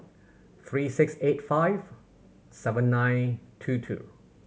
three six eight five seven nine two two